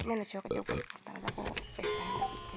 ᱢᱮᱱ ᱦᱚᱪᱚ ᱟᱠᱟᱫ ᱟᱠᱚ ᱡᱮ ᱩᱯᱟᱹᱥᱛᱮ ᱛᱟᱦᱮᱱᱟᱵᱚ ᱵᱮᱥ ᱛᱟᱦᱮᱱ ᱞᱟᱹᱜᱤᱫ ᱜᱮ